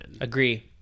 Agree